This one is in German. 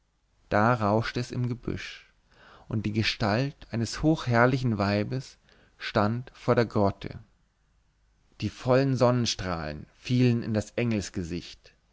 da rauschte es im gebüsch und die gestalt eines hochherrlichen weibes stand vor der grotte die vollen sonnenstrahlen fielen in das